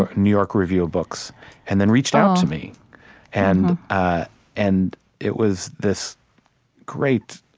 ah new york review of books and then reached out to me and ah and it was this great,